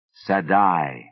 Sadai